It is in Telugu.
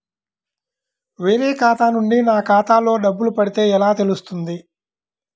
వేరే ఖాతా నుండి నా ఖాతాలో డబ్బులు పడితే ఎలా తెలుస్తుంది?